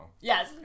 Yes